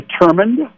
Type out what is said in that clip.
determined